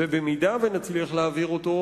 ואם נצליח להעביר אותו,